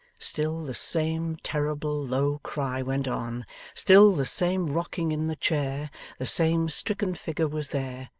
still the same terrible low cry went on still the same rocking in the chair the same stricken figure was there,